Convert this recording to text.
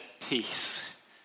peace